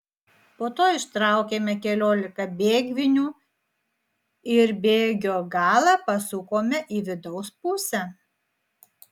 po to ištraukėme keliolika bėgvinių ir bėgio galą pasukome į vidaus pusę